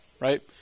right